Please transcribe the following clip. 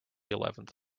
eleventh